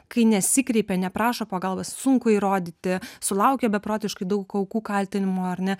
kai nesikreipia neprašo pagalbos sunku įrodyti sulaukia beprotiškai daug aukų kaltinimo ar ne